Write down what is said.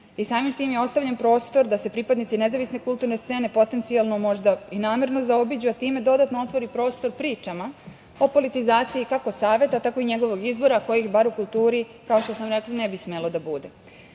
i samim tim je ostavljen prostor da se pripadnici nezavisne kulturne scene, potencijalno možda i namerno zaobiđu, a time dodatno otvori prostor pričama o politizaciji kako saveta, tako i njegovog izbora, kojih bar u kulturi, kao što sam rekla, ne bi smelo da bude. Na